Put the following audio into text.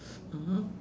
mmhmm